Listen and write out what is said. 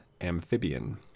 amphibian